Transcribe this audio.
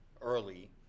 early